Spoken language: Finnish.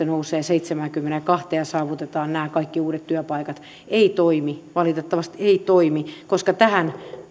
nousee seitsemäänkymmeneenkahteen ja saavutetaan nämä kaikki uudet työpaikat ei toimi valitettavasti ei toimi koska tähän